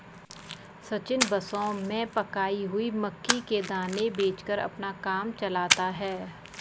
सचिन बसों में पकाई हुई मक्की के दाने बेचकर अपना काम चलाता है